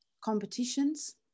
competitions